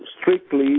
strictly